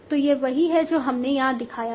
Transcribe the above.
तो यह वही है जो हमने यहां दिखाया है